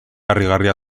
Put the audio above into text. harrigarria